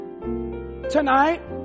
tonight